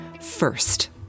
FIRST